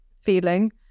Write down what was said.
feeling